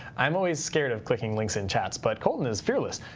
i'm always scared of clicking links in chats. but colton is fearless.